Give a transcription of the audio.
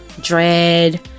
dread